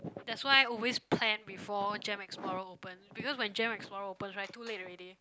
that's why always plan before gem explorer open because when gem explorer opens right too late already